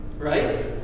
Right